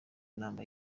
inama